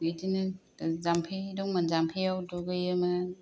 बिदिनो जाम्फै दंमोन जाम्फैयाव दुगैयोमोन